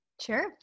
Sure